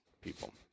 people